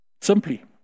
Simply